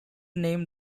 name